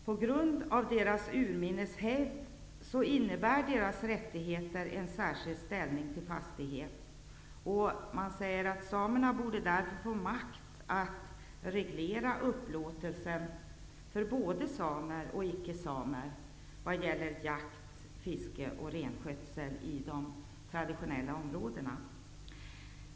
På grund av deras urminnes hävd har de en särskild rätt till fastigheter. Man säger att samerna därför borde få makt att reglera upplåtelse -- för både samer och icke-samer -- vad gäller jakt, fiske och renskötsel i de traditionella områdena.